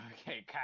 Okay